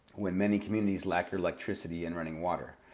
when many communities lack electricity and running water?